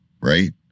right